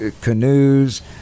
canoes